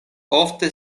ofte